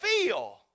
feel